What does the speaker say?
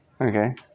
okay